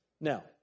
Now